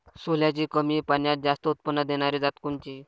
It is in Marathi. सोल्याची कमी पान्यात जास्त उत्पन्न देनारी जात कोनची?